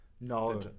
No